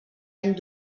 any